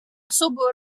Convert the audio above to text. особую